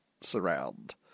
surround